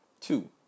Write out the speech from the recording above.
Two